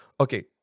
Okay